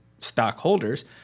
stockholders